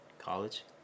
college